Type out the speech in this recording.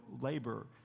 labor